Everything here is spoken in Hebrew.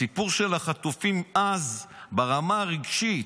הסיפור של החטופים אז, ברמה הרגשית,